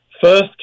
first